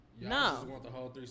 no